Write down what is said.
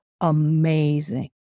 amazing